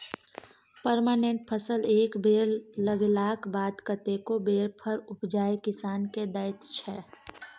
permanent फसल एक बेर लगेलाक बाद कतेको बेर फर उपजाए किसान केँ दैत छै